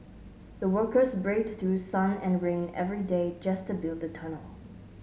the workers braved through sun and rain every day just to build the tunnel